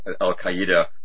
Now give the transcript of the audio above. al-Qaeda